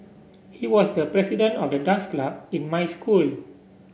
he was the president of the dance club in my school